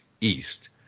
east